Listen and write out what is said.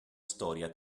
storia